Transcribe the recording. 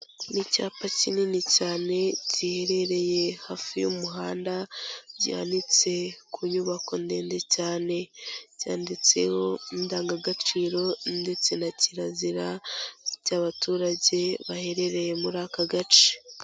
Ni icyapa kinini cyane giherereye hafi y'umuhanda, gihanitse ku nyubako ndende cyane, cyanditseho indangagaciro ndetse na kirazira, by'abaturage baherereye muri aka gace.